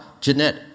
Jeanette